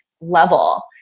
level